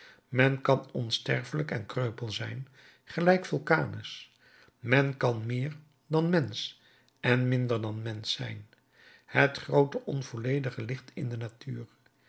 men kan onsterfelijk en kreupel zijn gelijk vulcanus men kan meer dan mensch en minder dan mensch zijn het groote onvolledige ligt in de natuur